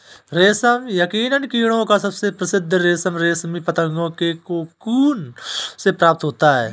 रेशम यकीनन कीड़ों का सबसे प्रसिद्ध रेशम रेशमी पतंगों के कोकून से प्राप्त होता है